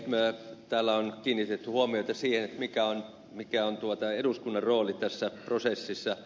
täällä on kiinnitetty huomiota siihen mikä on eduskunnan rooli tässä prosessissa